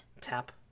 Tap